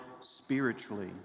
spiritually